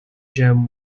gem